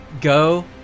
go